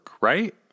right